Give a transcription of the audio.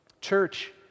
Church